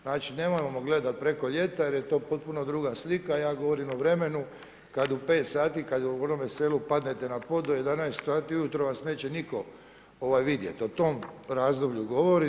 Znači nemojmo gledati preko ljeta jer je to potpuno druga slika, ja govorim o vremenu kad u 5 sati, kad u onome selu padnete na pod, do 11 sati vas neće nitko vidjeti, o tom razdoblju govorim.